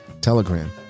Telegram